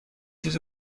چیز